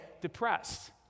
depressed